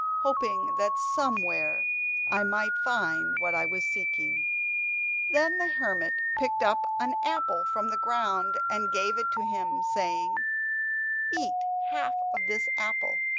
hoping that somewhere i might find what i was seeking then the hermit picked up an apple from the ground, and gave it to him, saying eat half of this apple,